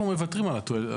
אנחנו מוותרים על התועלת.